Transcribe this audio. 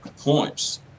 points